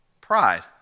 Pride